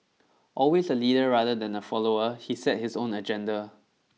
always a leader rather than a follower he set his own agenda